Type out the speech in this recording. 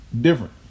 Different